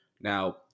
Now